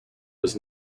was